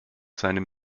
seinem